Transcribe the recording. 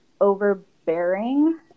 overbearing